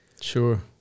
Sure